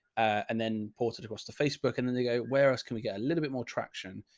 and then ported across to facebook and then they go, where else can we get a little bit more traction?